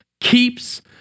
keeps